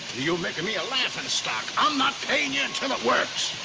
you're making me a laughingstock. i'm not paying you until it works.